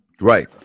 Right